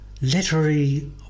literary